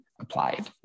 applied